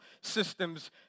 systems